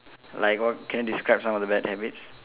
like what can you describe some of the bad habits